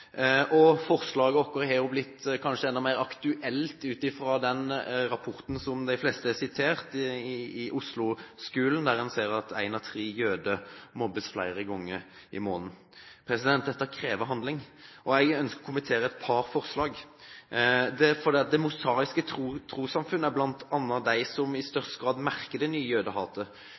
radikalt. Forslaget vårt har kanskje blitt enda mer aktuelt ut fra den rapporten om Oslo-skolen som de fleste har sitert fra, der en ser at en av tre jøder mobbes flere ganger i måneden. Det krever handling. Jeg ønsker å kommentere et par forslag. Det Mosaiske Trossamfund er blant dem som i størst grad merker det nye jødehatet.